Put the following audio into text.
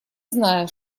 зная